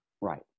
Right